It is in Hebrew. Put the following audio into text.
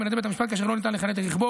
על ידי בית המשפט כאשר לא ניתן לחלט את רכבו,